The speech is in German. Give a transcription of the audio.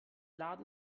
laden